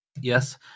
Yes